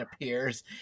appears